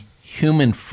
human